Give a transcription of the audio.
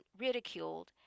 ridiculed